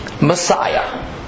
Messiah